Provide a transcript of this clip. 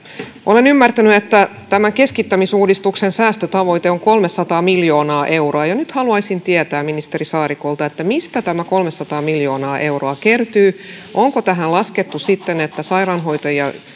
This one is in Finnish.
olen ymmärtänyt että tämän keskittämisuudistuksen säästötavoite on kolmesataa miljoonaa euroa ja nyt haluaisin tietää ministeri saarikolta mistä tämä kolmesataa miljoonaa euroa kertyy onko tähän laskettu sitten se että sairaanhoitajia